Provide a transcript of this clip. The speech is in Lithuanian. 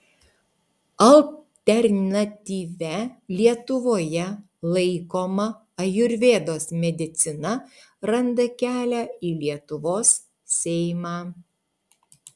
alternatyvia lietuvoje laikoma ajurvedos medicina randa kelią į lietuvos seimą